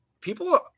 people